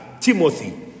Timothy